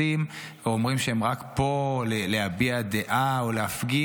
הם יודעים שאם הם נכנסים והם אומרים שהם פה רק להביע דעה או להפגין,